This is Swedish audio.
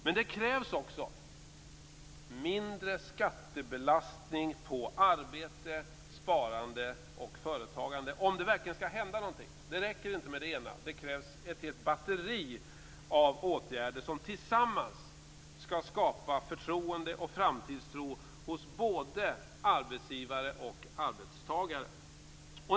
Men det krävs också mindre skattebelastning på arbete, sparande och företagande om det verkligen skall hända något. Det räcker inte med en av åtgärderna. Det krävs ett helt batteri av åtgärder som tillsammans skall skapa förtroende och framtidstro hos både arbetsgivare och arbetstagare.